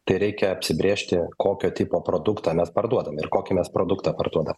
tai reikia apsibrėžti kokio tipo produktą mes parduodam ir kokį mes produktą parduodam